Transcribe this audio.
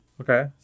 Okay